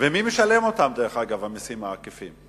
ומי משלם אותם, דרך אגב, את המסים העקיפים?